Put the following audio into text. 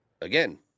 Again